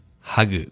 hug